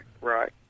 right